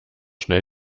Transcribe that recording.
schnell